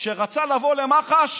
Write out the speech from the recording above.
שרצה לבוא למח"ש